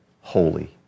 holy